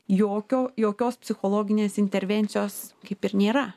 jokio jokios psichologinės intervencijos kaip ir nėra